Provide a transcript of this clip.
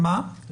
זה